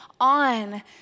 on